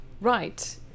Right